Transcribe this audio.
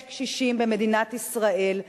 יש קשישים במדינת ישראל,